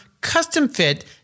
custom-fit